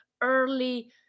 early